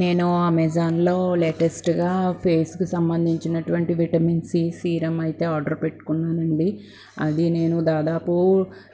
నేను ఆమెజాన్లో లేటెస్ట్గా ఫేస్కు సంబంధించినటువంటి విటమిన్ సి సీరమైతే ఆర్డర్ పెట్టుకున్నాను అండి అది నేను దాదాపు